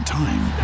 time